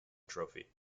trophy